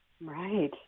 Right